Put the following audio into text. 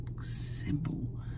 simple